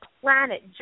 planet